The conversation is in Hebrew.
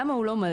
למה הוא מלא?